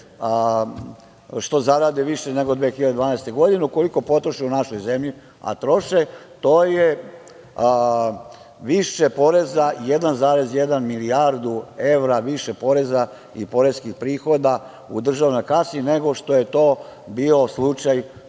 što zarade više nego 2012. godine, ukoliko potroše u našoj zemlji, a troše, to je više poreza 1,1 milijardu evra više poreza i poreskih prihoda u državnoj kasi nego što je to bio slučaj